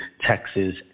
Texas